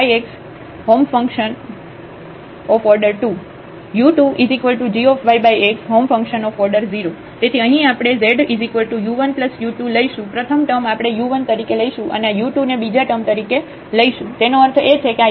function of order 0 તેથી અહીં આપણે z u1u2 લઈશું પ્રથમ ટર્મ આપણે u 1 તરીકે લઈશું અને u 2 ને બીજા ટર્મ તરીકે લઈશું તેનો અર્થ એ છે કે આ u 1 એ xy fyxછે અને આ u 2 એ g yx છે